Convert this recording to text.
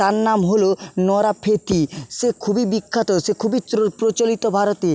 তার নাম হলো নোরা ফাতেহী সে খুবই বিখ্যাত সে খুবই প্রচলিত ভারতে